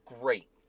great